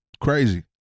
Crazy